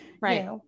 right